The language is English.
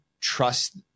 trust